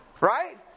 Right